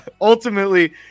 ultimately